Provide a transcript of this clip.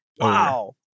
wow